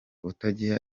utagira